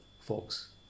folks